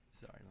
Sorry